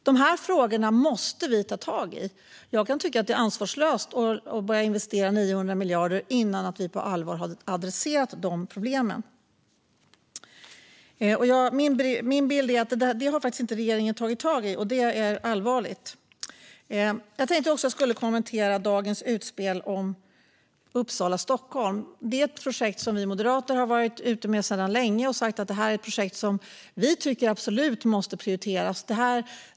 Dessa frågor måste vi ta tag i, och jag kan tycka att det är ansvarslöst att börja investera 900 miljarder innan vi på allvar har adresserat dessa problem. Min bild är att regeringen inte har tagit tag i detta, vilket är allvarligt. Jag ska också kommentera dagens utspel om Uppsala-Stockholm. Detta projekt har Moderaterna länge sagt måste prioriteras.